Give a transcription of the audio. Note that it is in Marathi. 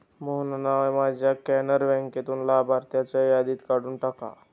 मोहनना माझ्या कॅनरा बँकेतून लाभार्थ्यांच्या यादीतून काढून टाका